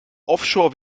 offshore